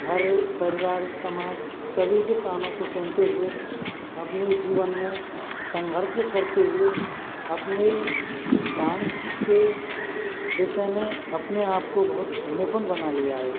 घर परिवार समाज सभी के तानों को सुनते हुए अपने जीवन में संघर्ष करते हुए अपने डान्स के विषय में अपने आप को बहुत निपुण बना लिया है